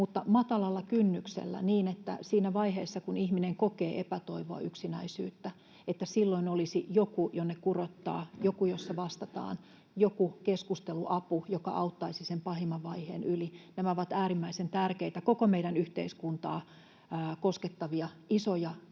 mutta matalalla kynnyksellä, niin että siinä vaiheessa, kun ihminen kokee epätoivoa ja yksinäisyyttä, silloin olisi jokin, jonne kurottaa, jokin, jossa vastataan, jokin keskusteluapu, joka auttaisi sen pahimman vaiheen yli. Nämä ovat äärimmäisen tärkeitä, koko meidän yhteiskuntaa koskettavia, isoja kysymyksiä: